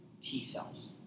T-cells